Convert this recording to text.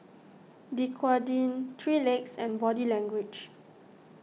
Dequadin three Legs and Body Language